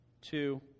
two